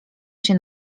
się